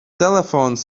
telefons